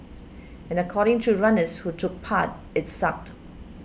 and according to runners who took part its sucked